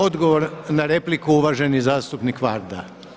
Odgovor na repliku uvaženi zastupnik Varda.